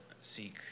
seek